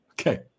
Okay